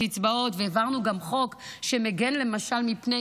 יש באמת את הקצבאות,